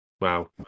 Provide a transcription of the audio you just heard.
Wow